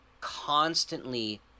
constantly